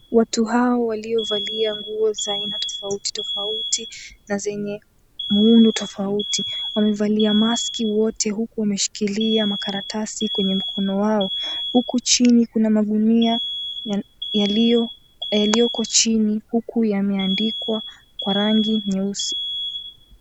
Watu hawa waliovalia nguo za aina tofauti tofauti na zenye muundo tofauti. Wamevalia maski wote huku wameshikilia makaratasi kwenye mkono wao. Huku chini kuna magunia yaliyoko chini huku yameandikwa kwa rangi nyeusi.